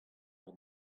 eur